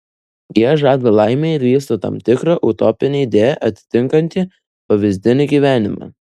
jie žada laimę ir vysto tam tikrą utopinę idėją atitinkantį pavyzdinį gyvenimą